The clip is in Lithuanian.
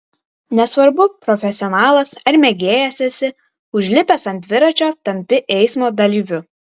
nesvarbu profesionalas ar mėgėjas esi užlipęs ant dviračio tampi eismo dalyviu